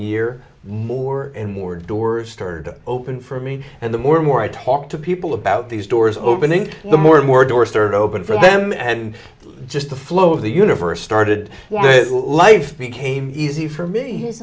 year more and more doors stirred open for me and the more more i talked to people about these doors opening the more more doors third open for them and just the flow of the universe started life became easy for me